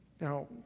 Now